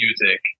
music